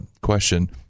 question